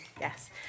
Yes